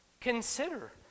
Consider